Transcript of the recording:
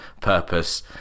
purpose